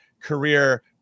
career